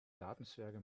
gartenzwerge